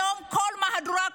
היום בכל מהדורה,